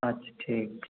ठीक